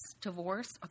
divorce